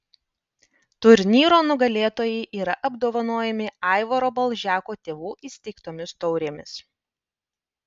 turnyro nugalėtojai yra apdovanojami aivaro balžeko tėvų įsteigtomis taurėmis